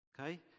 Okay